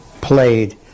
played